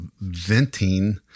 venting